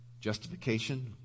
Justification